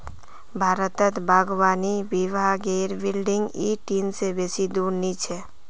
भारतत बागवानी विभागेर बिल्डिंग इ ठिन से बेसी दूर नी छेक